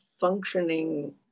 functioning